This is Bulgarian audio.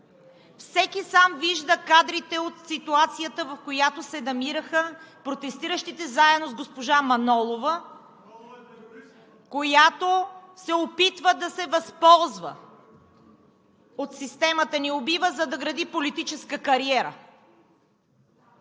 Всеки сам вижда кадрите от ситуацията, в която се намираха протестиращите заедно с госпожа Манолова, която се опитва да се възползва от „Системата ни убива“, за да гради политическа кариера